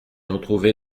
retrouvais